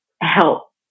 help